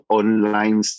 online